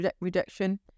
rejection